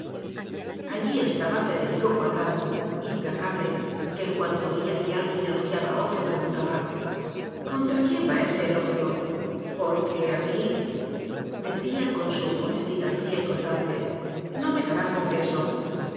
moliendo allí estaba federico cuadrado implacable que en cuanto oía que alguien elogiaba a otro preguntaba contra quién va ese elogio porque a mídecía con su vocecita fría y cortanteno me la dan con queso